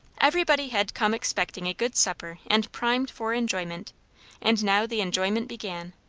everybody had come expecting a good supper and primed for enjoyment and now the enjoyment began.